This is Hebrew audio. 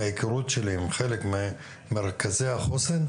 מן ההיכרות שלי עם חלק ממרכזי החוסן,